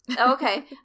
okay